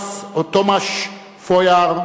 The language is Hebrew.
תומש פויאר,